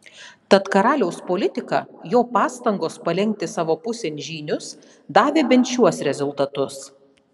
tad karaliaus politika jo pastangos palenkti savo pusėn žynius davė bent šiuos rezultatus